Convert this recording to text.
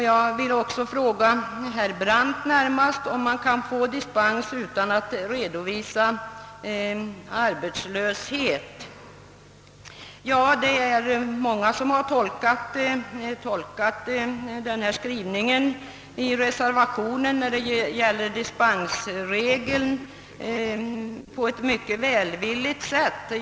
Jag vill också fråga herr Brandt om man kan få dispens utan att redovisa arbetslöshet. Ja, det är många som har tolkat skrivningen i reservationen när det gäller dispensregeln på ett mycket välvilligt sätt.